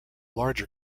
larger